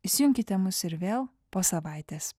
įsijunkite mus ir vėl po savaitės